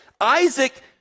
Isaac